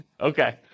Okay